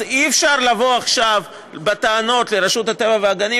אז אי-אפשר לבוא עכשיו בטענות לרשות הטבע והגנים